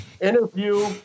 interview